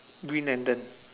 green lantern